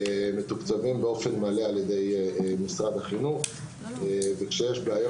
מתוקצבים באופן מלא על ידי משרד החינוך וכשיש בעיות